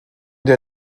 der